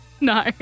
No